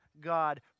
God